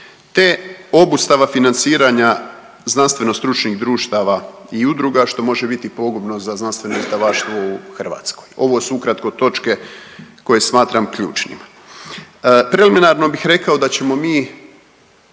te obustava financiranja znanstveno-stručnih društava i udruga što može biti pogubno za znanstveno izdavaštvo u Hrvatskoj. Ovo su ukratko točke koje smatram ključnim. Preliminarno bih rekao da ćemo mi